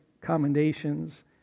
commendations